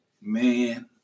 Man